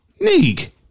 Neek